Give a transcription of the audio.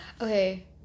Okay